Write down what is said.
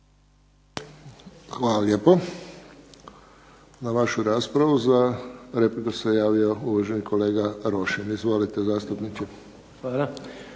Hvala lijepo. Na vašu raspravu za repliku se javio uvaženi kolega Rošin. Izvolite zastupniče.